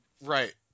Right